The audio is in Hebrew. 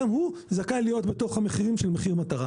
זכאי להיות בתוך המחירים של מחיר מטרה.